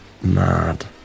mad